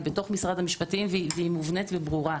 היא מתוך משרד המשפטים והיא מובנת וברורה.